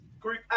Group